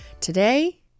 today